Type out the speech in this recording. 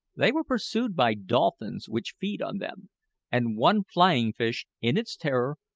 they were pursued by dolphins, which feed on them and one flying-fish, in its terror,